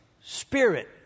Spirit